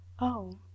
Oh